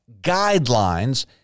guidelines